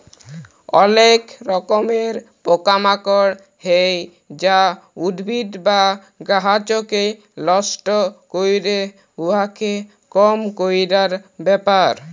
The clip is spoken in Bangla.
অলেক রকমের পকা মাকড় হ্যয় যা উদ্ভিদ বা গাহাচকে লষ্ট ক্যরে, উয়াকে কম ক্যরার ব্যাপার